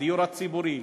הדיור הציבורי,